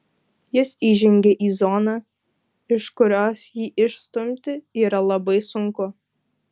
jis įžengia į zoną iš kurios jį išstumti yra labai sunku